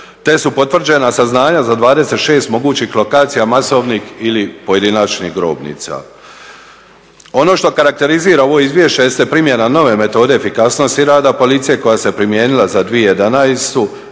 te su potvrđena saznanja za 26 mogućih lokacija masovnih ili pojedinačnih grobnica. Ono što karakterizira ovo izvješće jeste primjena nove metode efikasnosti rada policije koja se primijenila za 2011.,